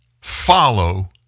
Follow